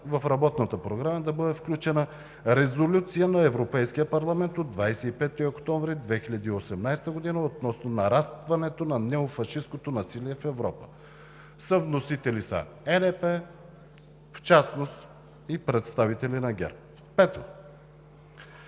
в Работната програма да бъде включена Резолюция на Европейския парламент от 25 октомври 2018 г. относно нарастването на неофашисткото насилие в Европа. Съвносители са ЕНП, в частност и представители на ГЕРБ.